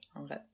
Okay